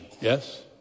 yes